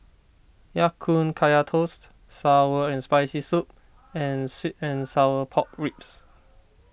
Ya Kun Kaya Toast Sour and Spicy Soup and Sweet and Sour Pork Ribs